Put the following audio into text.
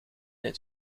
het